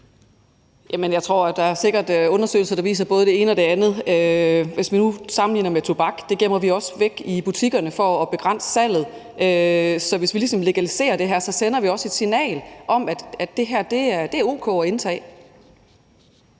Jamen der er sikkert undersøgelser, der viser både det ene og det andet. Hvis man nu sammenligner med tobak, er det sådan, at vi gemmer det væk i butikkerne for at begrænse salget. Så hvis vi ligesom legaliserer det, sender vi også et signal om, at det her er o.k. at indtage.